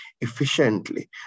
efficiently